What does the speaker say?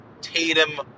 Tatum